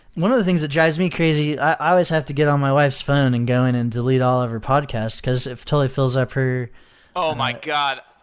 one of the things that drives me crazy i always have to get on my wife's phone and go in and delete all of her podcasts, because it totally fills up her oh my god!